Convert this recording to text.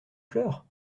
fleurs